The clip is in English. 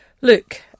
Look